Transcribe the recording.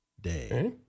Day